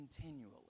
continually